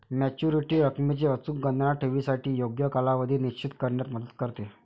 maturity रकमेची अचूक गणना ठेवीसाठी योग्य कालावधी निश्चित करण्यात मदत करते